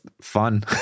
fun